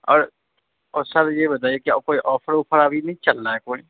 اور اور سر یہ بتائیے کیا کوئی آفر اوفر ابھی نہیں چل رہا ہے کوئی